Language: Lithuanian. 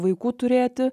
vaikų turėti